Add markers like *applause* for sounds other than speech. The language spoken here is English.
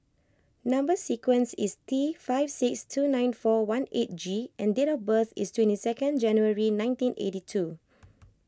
Number Sequence is T five six two nine four one eight G and date of birth is twenty second January nineteen eighty two *noise*